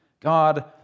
God